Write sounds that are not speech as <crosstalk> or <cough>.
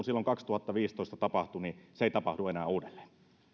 <unintelligible> silloin kaksituhattaviisitoista tapahtui ei tapahdu enää uudelleen